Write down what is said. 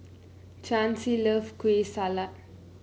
Chancy loves Kueh Salat